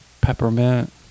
Peppermint